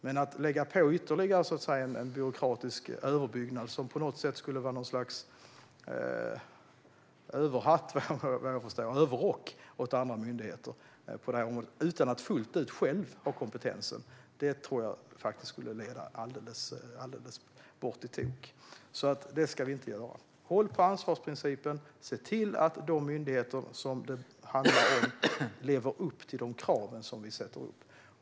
Men att lägga på ytterligare en byråkratisk överbyggnad, som skulle vara något slags överhatt eller överrock åt andra myndigheter på det här området utan att fullt ut själv ha kompetensen, tror jag skulle leda alldeles bort i tok. Det ska vi alltså inte göra. Håll på ansvarsprincipen! Se till att de myndigheter som det handlar om lever upp till de krav vi sätter upp!